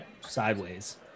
sideways